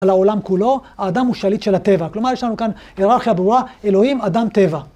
לעולם כולו, האדם הוא שליט של הטבע, כלומר יש לנו כאן היררכיה ברורה, אלוהים, אדם, טבע.